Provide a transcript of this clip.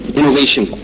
innovation